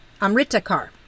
Amritakar